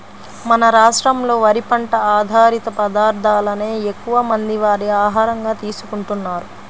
మన రాష్ట్రంలో వరి పంట ఆధారిత పదార్ధాలనే ఎక్కువమంది వారి ఆహారంగా తీసుకుంటున్నారు